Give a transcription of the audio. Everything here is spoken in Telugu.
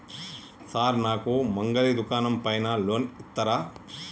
సార్ నాకు మంగలి దుకాణం పైన లోన్ ఇత్తరా?